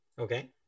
Okay